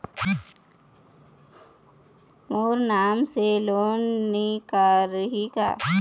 मोर नाम से लोन निकारिही का?